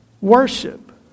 worship